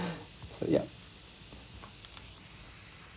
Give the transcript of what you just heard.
so yup